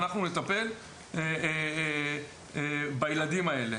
ואנחנו נטפל בילדים האלה.